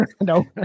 no